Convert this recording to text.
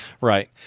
Right